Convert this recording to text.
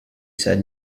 said